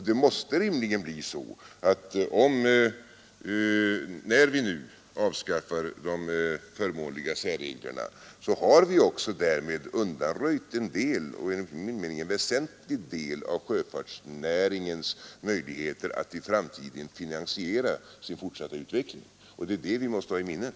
Det måste rimligen bli så, att när vi nu avskaffar de förmånliga särreglerna har vi också därmed undanröjt en del — enligt min mening en väsentlig del — av sjöfartsnäringens möjligheter att finansiera sin fortsatta utveckling. Det är det vi måste ha i minnet.